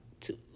Two